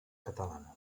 catalana